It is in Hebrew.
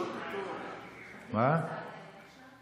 הוא ישיב לכולם יחד, הבנתי.